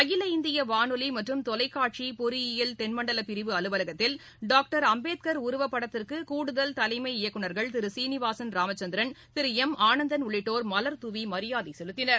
அகில இந்தியவானொலிமற்றும் தொலைக்காட்சிபொறியியல் தென்மண்டலபிரிவு அலுவலகத்தில் டாக்டர் அம்பேத்கர் உருவப்படத்திற்குகூடுதல் தலைமை இயக்குனர்கள் திருசீளிவாசன் ராமச்சந்திரன் திருளம் ஆனந்தன் உள்ளிட்டோர் மலர் தூவிமரியாதைசெலுத்தினர்